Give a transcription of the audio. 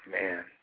man